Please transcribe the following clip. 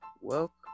welcome